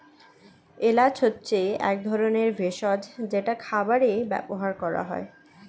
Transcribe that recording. এলাচ হচ্ছে এক ধরনের ভেষজ যেটা খাবারে ব্যবহার করা হয়